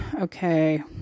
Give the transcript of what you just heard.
Okay